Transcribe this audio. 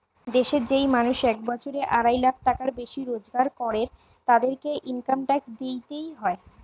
দেশের যেই মানুষ এক বছরে আড়াই লাখ টাকার বেশি রোজগার করের, তাদেরকে ইনকাম ট্যাক্স দিইতে হয়